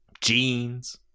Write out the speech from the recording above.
Jeans